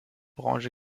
branche